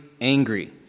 angry